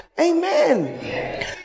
amen